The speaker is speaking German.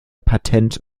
patent